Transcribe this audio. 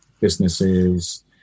businesses